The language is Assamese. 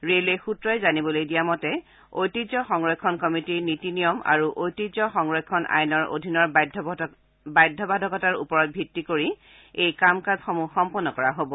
ৰেলৱে সুত্ৰই জানিবলৈ দিয়া মতে ঐতিহ্য সংৰক্ষণ কমিটীৰ নীতি নিয়ম আৰু ঐতিহ্য সংৰক্ষণ আইনৰ অধীনৰ বাধ্যবাধকতাৰ ওপৰত ভিত্তি কৰি এই কামসমূহ সম্পন্ন কৰা হ'ব